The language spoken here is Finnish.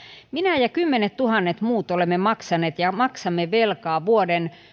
minä ja kymmenettuhannet muut olemme maksaneet ja maksamme velkaa vuoden